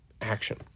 action